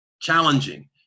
Challenging